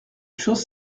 chose